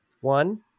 one